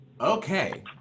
Okay